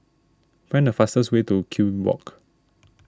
find the fastest way to Kew Walk